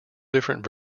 different